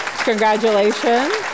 Congratulations